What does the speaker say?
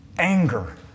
Anger